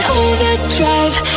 overdrive